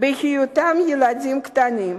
בהיותם ילדים קטנים.